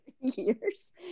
years